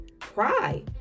cry